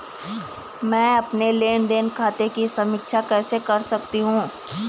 मैं अपने लेन देन खाते की समीक्षा कैसे कर सकती हूं?